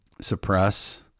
suppress